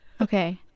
okay